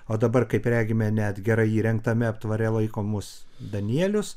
o dabar kaip regime net gerai įrengtame aptvare laikomus danielius